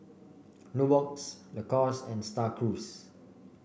Nubox Lacoste and Star Cruise